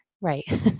Right